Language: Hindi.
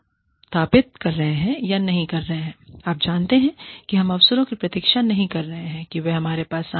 या नहीं कर रहे हैं आप जानते हैंकि हम अवसरों की प्रतीक्षा नहीं कर रहे कि वह हमारे पास आए